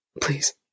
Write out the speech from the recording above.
Please